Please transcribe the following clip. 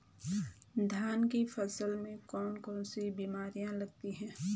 धान की फसल में कौन कौन सी बीमारियां लगती हैं?